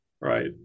right